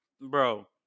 Bro